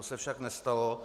To se však nestalo.